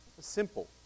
simple